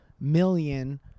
million